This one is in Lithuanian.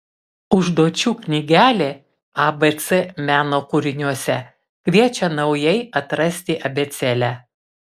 užduočių knygelė abc meno kūriniuose kviečia naujai atrasti abėcėlę